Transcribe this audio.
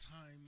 time